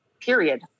period